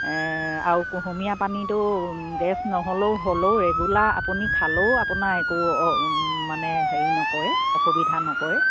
আৰু কুহুমীয়া পানীটো গেছ নহ'লেও হ'লেও ৰেগুলাৰ আপুনি খালেও আপোনাৰ একো মানে হেৰি নকয় অসুবিধা নকয়